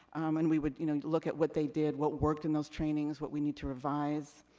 and we would you know look at what they did, what worked in those trainings, what we need to revise.